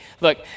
look